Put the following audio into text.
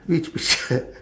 which picture